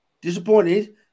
disappointed